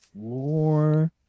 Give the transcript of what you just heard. floor